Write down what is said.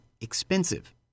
expensive